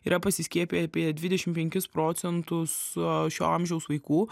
yra pasiskiepiję apie dvidešimt penkis procentus šio amžiaus vaikų